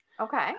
Okay